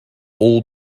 all